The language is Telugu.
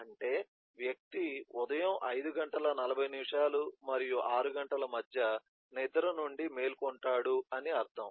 అంటే వ్యక్తి ఉదయం 540 మరియు 6 గంటల మధ్య నిద్ర నుండి మేల్కొంటాడు అని అర్థం